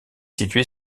située